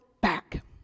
back